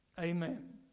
Amen